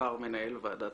מנהל ועדת